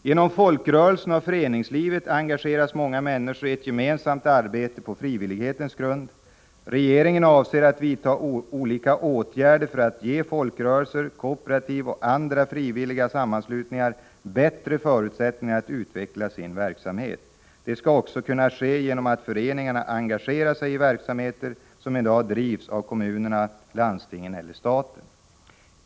Genom folkrörelserna och föreningslivet engageras många människor i ett gemensamt arbete på frivillighetens grund. Regeringen avser att vidta olika åtgärder för att ge folkrörelser, kooperativ och andra frivilliga sammanslutningar bättre förutsättningar att utveckla sin verksamhet. Det skall också kunna ske genom att föreningarna engagerar sig i verksamheter som i dag bedrivs av kommunerna, landstingen eller staten.